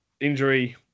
injury